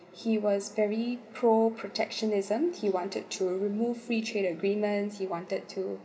he was very pro protectionism he wanted to remove free trade agreements he wanted to